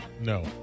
No